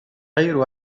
غير